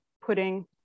putting